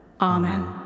Amen